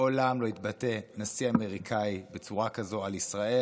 מעולם לא התבטא נשיא אמריקאי בצורה כזאת על ישראל.